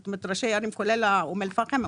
זאת אומרת ראשי ערים כולל אום אל פאחם,